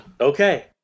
Okay